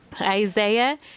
Isaiah